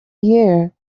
year